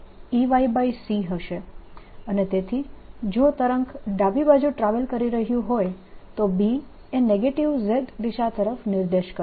અને તેથી જો તરંગ ડાબી તરફ ટ્રાવેલ કરી રહ્યું હોય તો B એ નેગેટીવ z દિશા તરફ નિર્દેશ કરશે